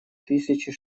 тысячи